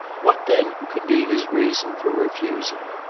what, then, could be his reason for refusing